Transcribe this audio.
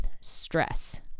stress